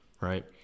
right